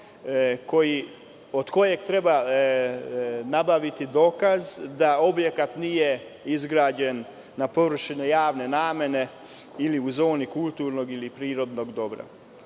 od kojeg treba nabaviti dokaz da objekat nije izgrađen na površini javne namene ili uz kulturnog ili prirodnog dobra.